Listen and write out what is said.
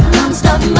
non-stop.